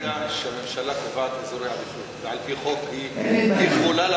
ברגע שהממשלה קובעת אזורי עדיפות ועל-פי חוק היא יכולה,